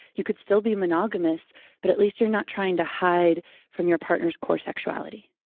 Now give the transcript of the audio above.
you could still be monogamous but at least you're not trying to hide from your partner's core sexuality.